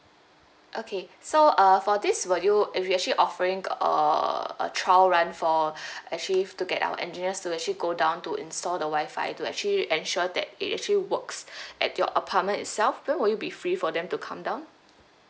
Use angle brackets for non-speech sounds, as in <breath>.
okay so uh for this for you we're actually offering uh a trial run for <breath> actually to get our engineers to actually go down to install the Wi-Fi to actually ensure that it actually works <breath> at your apartment itself when will you be free for them to come down